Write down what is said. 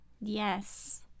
Yes